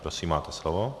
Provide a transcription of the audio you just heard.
Prosím, máte slovo.